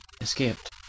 escaped